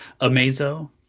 Amazo